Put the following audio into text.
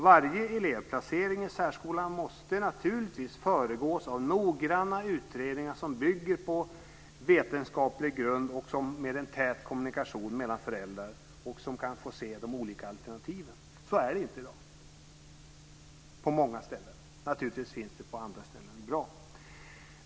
Varje elevplacering i särskolan måste naturligtvis föregås av noggranna utredningar som bygger på vetenskaplig grund och en tät kommunikation med föräldrar som kan få se de olika alternativen. Så är det inte i dag på många ställen. Det är givetvis bra på andra ställen.